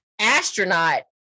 astronaut